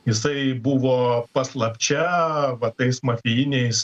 jisai buvo paslapčia va tais mafijiniais